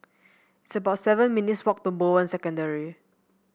it's about seven minutes' walk to Bowen Secondary